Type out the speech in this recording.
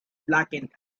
blackened